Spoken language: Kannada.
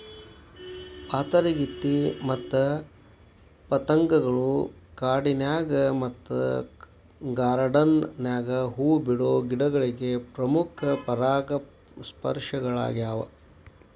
ಪಾತರಗಿತ್ತಿ ಮತ್ತ ಪತಂಗಗಳು ಕಾಡಿನ್ಯಾಗ ಮತ್ತ ಗಾರ್ಡಾನ್ ನ್ಯಾಗ ಹೂ ಬಿಡೋ ಗಿಡಗಳಿಗೆ ಪ್ರಮುಖ ಪರಾಗಸ್ಪರ್ಶಕಗಳ್ಯಾವ